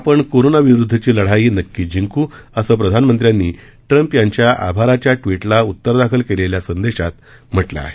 आपण कोरोना विरुद्धची लढाई नक्की जिंकू असं प्रधानमंत्र्यांनी ट्रम्प यांच्या आभाराच्या ट्विटला उत्तरादाखल केलेल्या संदेशात म्हटलं आहे